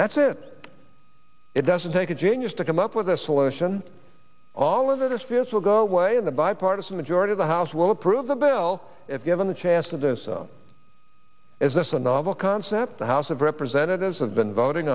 that's it it doesn't take a genius to come up with a solution all of it is fierce will go away in the bipartisan majority the house will approve the bell if given the chance to do so is this a novel concept the house of representatives have been voting